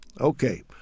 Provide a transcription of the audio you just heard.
Okay